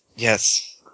Yes